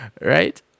Right